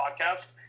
podcast